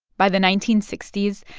by the nineteen sixty s,